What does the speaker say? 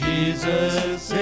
Jesus